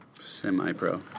Semi-pro